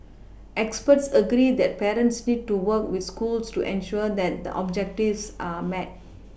experts agree that parents need to work with schools to ensure that the objectives are met